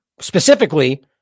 specifically